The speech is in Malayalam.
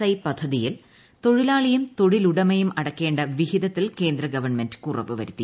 ഐ പദ്ധതിയിൽ തൊഴിലാളിയും തൊഴിലുടമയും അടയ്ക്കേണ്ട വിഹിതത്തിൽ കേന്ദ്ര ഗവൺമെന്റ് കുറവുവരുത്തി